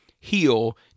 heal